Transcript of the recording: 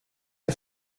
der